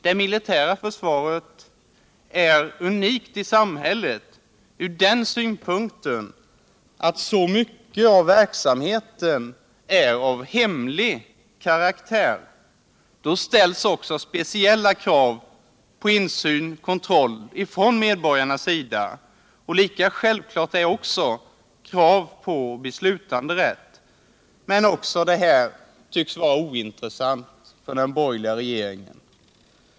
Det militära försvaret är unikt i samhället genom att så mycket av verksamheten är av hemlig karaktär. Då ställs också speciella krav på insyn och kontroll från medborgarnas sida. Lika självklart är krav på beslutanderätt. Men också detta tycks vara ointressant för den borgerliga regeringen.